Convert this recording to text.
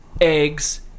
eggs